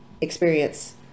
experience